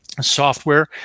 software